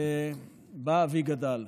שבה אבי גדל.